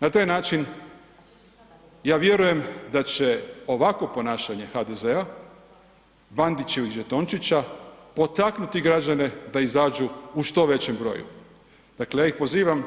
Na taj način, ja vjerujem da će ovakvo ponašanje HDZ-a, Bandićevih žetončića, potaknuti građane da izađu u što većem broju, dakle ja ih pozivam